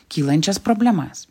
kylančias problemas